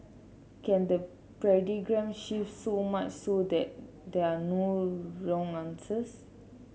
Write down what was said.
can the shift so much so that there are no wrong answers